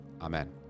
Amen